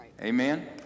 Amen